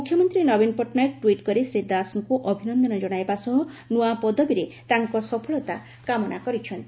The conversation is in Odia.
ମୁଖ୍ୟମନ୍ତୀ ନବୀନ ପଟ୍ଟନାୟକ ଟ୍ୱିଟ୍ କରି ଶ୍ରୀ ଦାଶଙ୍କୁ ଅଭିନନ୍ଦନ ଜଣାଇବା ସହ ନୂଆ ପଦବୀରେ ତାଙ୍କ ସଫଳତା କାମନା କରିଛନ୍ତି